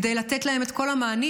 כדי לתת להם את כל המענים,